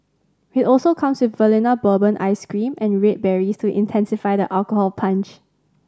it also comes with Vanilla Bourbon ice cream and red berries to intensify the alcohol punch